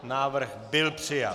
Návrh byl přijat.